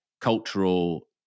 cultural